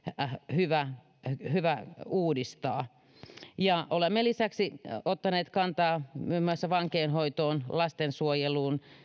hyvä hyvä uudistaa olemme lisäksi ottaneet kantaa muun muassa vankeinhoitoon lastensuojeluun